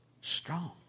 Strong